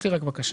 יש לי רק בקשה.